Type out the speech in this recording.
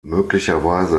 möglicherweise